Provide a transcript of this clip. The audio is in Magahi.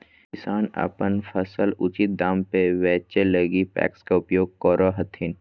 किसान अपन फसल उचित दाम में बेचै लगी पेक्स के उपयोग करो हथिन